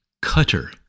cutter